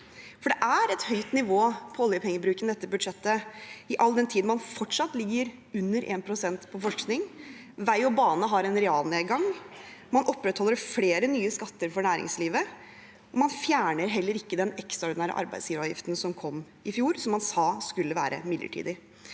Det er et høyt nivå på oljepengebruken i dette budsjettet, all den tid man fortsatt ligger under 1 pst. på forskning, vei og bane har en realnedgang, man opprettholder flere nye skatter for næringslivet, og man heller ikke fjerner den ekstraordinære arbeidsgiveravgiften som kom i fjor, som man sa skulle være midlertidig.